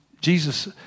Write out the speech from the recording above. Jesus